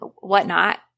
whatnot